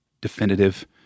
definitive